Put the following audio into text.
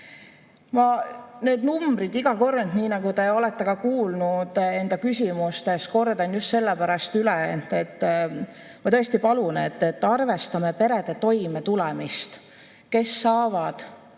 need numbrid iga kord, nii nagu te olete ka kuulnud enda küsimustes, üle just sellepärast, et ma tõesti palun, et arvestame perede toimetulemist, kes saavad